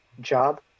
job